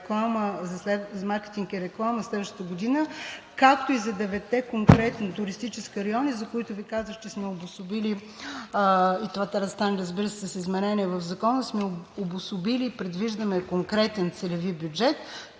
за маркетинг и реклама за следващата година, както и за деветте конкретни туристически района, за които Ви казах, че сме обособили – и това трябва да стане, разбира се, с изменение в Закона – и предвиждаме и конкретен целеви бюджет,